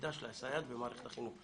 ותפקידה של הסייעת במערכת החינוך.